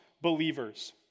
believers